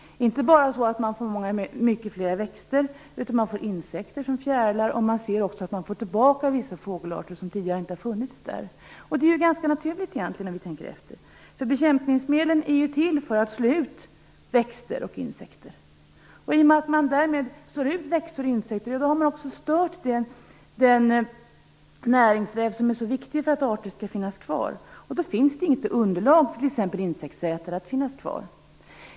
Det blir inte bara många fler växter, utan också fler insekter, som fjärilar. Man får även tillbaka vissa fågelarter som tidigare inte har funnits. Det är egentligen ganska naturligt när vi tänker efter. Bekämpningsmedlen är ju till för att slå ut växter och insekter. Slår man ut växter och insekter har man därmed också stört den näringsväv som är så viktig för att arter skall finnas kvar. Då finns det inte underlag för t.ex. insektsätare att finnas kvar.